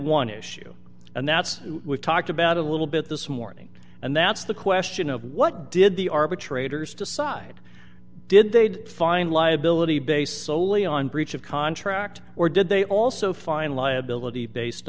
one issue and that's we've talked about a little bit this morning and that's the question of what did the arbitrators decide did they'd find liability based soley on breach of contract or did they also find liability based